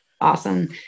Awesome